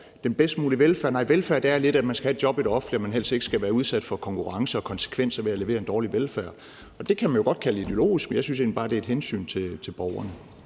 den bedst mulige velfærd; nej, velfærd er lidt, at man skal have et job i det offentlige, og at man helst ikke skal være udsat for konkurrence og konsekvenser ved at levere en dårlig velfærd. Og det kan man jo godt kalde ideologisk, men jeg synes egentlig bare, det er et hensyn til borgerne.